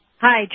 Hi